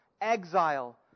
exile